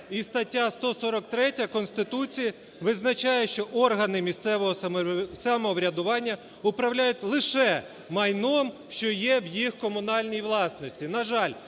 і стаття 143 Конституції визначає, що органи місцевого самоврядування управляють лише майном, що є в їх комунальній власності.